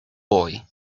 boy